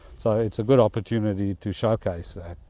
so it's a good opportunity to showcase that.